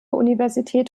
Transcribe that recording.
universität